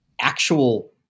actual